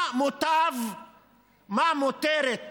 מה מותרת